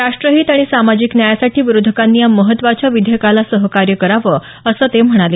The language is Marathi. राष्ट्रहित आणि सामाजिक न्यायासाठी विरोधकांनी या महत्त्वाच्या विधेयकाला सहकार्य करावं असं ते म्हणाले